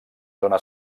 zona